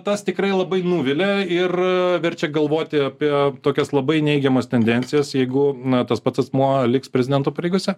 tas tikrai labai nuvilia ir verčia galvoti apie tokias labai neigiamas tendencijas jeigu na tas pats asmuo liks prezidento pareigose